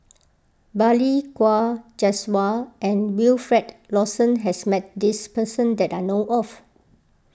Balli Kaur Jaswal and Wilfed Lawson has met this person that I know of